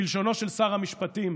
בלשונו של שר המשפטים